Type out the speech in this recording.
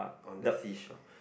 on the seashore